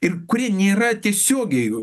ir kurie nėra tiesiogiai